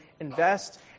invest